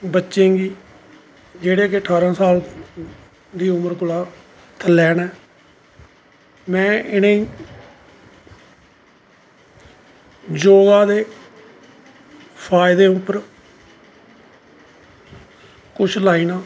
बच्चें गी जेह्ड़े कि ठारां साल दी उमर कोला दा थल्लै न में इनेंगी योगा दे फायदे उप्पर कुश लाईनां